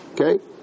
Okay